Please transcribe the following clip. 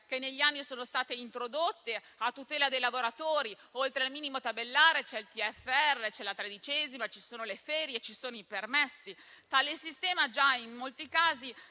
che negli anni sono state introdotte a tutela dei lavoratori: oltre al minimo tabellare c'è il TFR e la tredicesima, ci sono le ferie e i permessi. Tale sistema già in molti casi